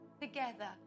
together